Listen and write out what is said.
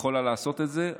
היא יכולה לעשות את זה.